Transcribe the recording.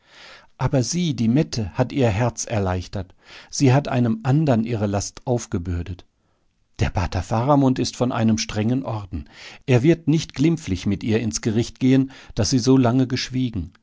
aber sie die mette hat ihr herz erleichtert sie hat einem andern ihre last aufgebürdet der pater faramund ist von einem strengen orden er wird nicht glimpflich mit ihr ins gericht gehen daß sie so lange geschwiegen